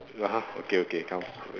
!huh! okay okay come